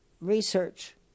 research